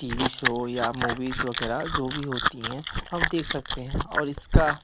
T V show या movies वगैरह जो भी होती हैं हम देख सकते हैं और इसका